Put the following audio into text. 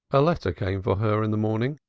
a letter came for her in the morning.